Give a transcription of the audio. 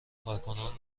کارکنان